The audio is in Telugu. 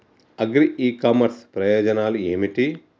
అగ్రి ఇ కామర్స్ ప్రయోజనాలు ఏమిటి?